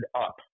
up